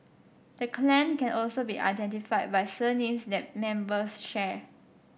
the clan can also be identified by surnames that members share